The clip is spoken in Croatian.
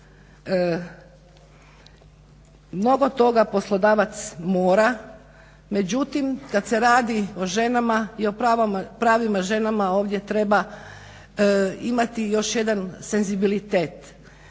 mnogo toga poslodavac mora. Međutim, kad se radi o ženama i o pravima žena ovdje treba imati još jedan senzibilitet.